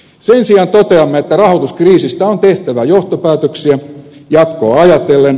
sen sijaan toteamme että rahoituskriisistä on tehtävä johtopäätöksiä jatkoa ajatellen